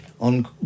on